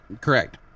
Correct